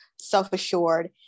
self-assured